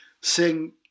sing